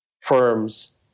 firms